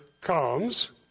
comes